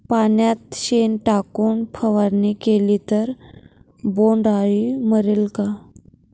पाण्यात शेण टाकून फवारणी केली तर बोंडअळी मरेल का?